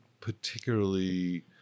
particularly